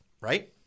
right